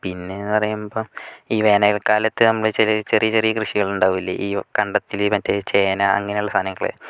പിന്നെന്ന് പറയുമ്പം ഈ വേനല്ക്കാലത്ത് നമ്മള് ചെറിയ ചെറിയ കൃഷികളുണ്ടാവില്ലേ ഈ കണ്ടത്തില് മറ്റേ ചേന അങ്ങനെയുള്ള സാനങ്ങള്